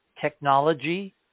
technology